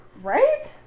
right